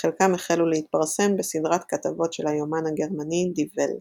וחלקם החלו להתפרסם בסדרת כתבות של היומון הגרמני "די ולט".